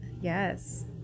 Yes